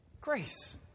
Grace